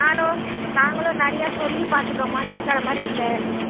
நானும் நாங்களும் நிறைய சொல்லி பார்த்துட்டோம்மா கேட்குற மாதிரி இல்லை